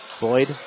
Boyd